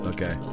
Okay